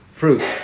Fruit